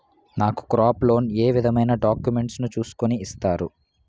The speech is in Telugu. నాకు క్రాప్ లోన్ ఏ విధమైన డాక్యుమెంట్స్ ను చూస్కుని ఇస్తారు?